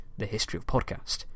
thehistoryofpodcast